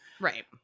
Right